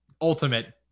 ultimate